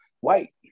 white